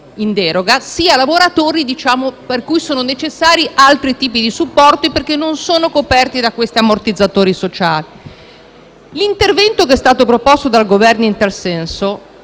in deroga, sia a quelli per cui sono necessari altri tipi di supporti perché non sono coperti da questo ammortizzatore sociale. L’intervento che è stato proposto dal Governo in tal senso